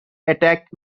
attack